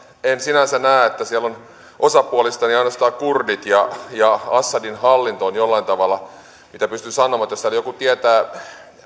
en sinänsä näe että siellä ovat osapuolista ainoastaan kurdit ja ja assadin hallinto jollain tavalla sellaisia mitä pystyn sanomaan jos täällä joku tietää